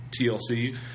TLC